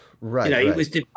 Right